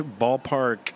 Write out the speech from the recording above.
ballpark